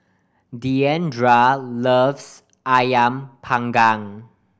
Diandra loves Ayam Panggang